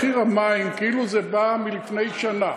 מדברים על מחיר המים כאילו בא לפני שנה,